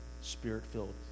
spirit-filled